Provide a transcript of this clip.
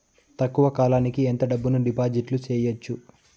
తక్కువ కాలానికి ఎంత డబ్బును డిపాజిట్లు చేయొచ్చు?